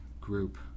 group